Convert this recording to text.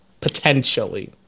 Potentially